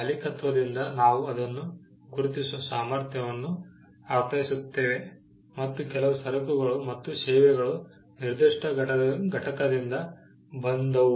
ಮಾಲೀಕತ್ವದಿಂದ ನಾವು ಅದನ್ನು ಗುರುತಿಸುವ ಸಾಮರ್ಥ್ಯವನ್ನು ಅರ್ಥೈಸುತ್ತದೆ ಮತ್ತು ಕೆಲವು ಸರಕುಗಳು ಮತ್ತು ಸೇವೆಗಳು ನಿರ್ದಿಷ್ಟ ಘಟಕದಿಂದ ಬಂದವು